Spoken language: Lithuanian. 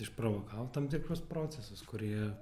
išprovokavo tam tikrus procesus kurie